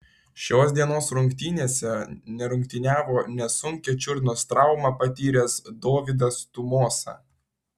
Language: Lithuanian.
šios dienos rungtynėse nerungtyniavo nesunkią čiurnos traumą patyręs dovydas tumosa